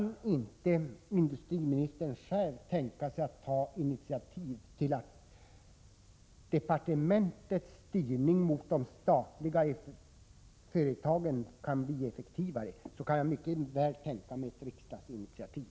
Om inte industriministern kan tänka sig att ta initiativ till att effektivisera departementets styrning mot de statliga företagen, så kan jag mycket väl tänka mig ett riksdagsinitiativ.